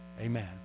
Amen